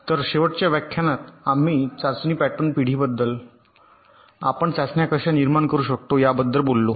तर शेवटच्या व्याख्यानात आम्ही चाचणी पॅटर्न पिढीबद्दल आपण चाचण्या कशा निर्माण करू शकतो याबद्दल बोललो